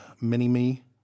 mini-me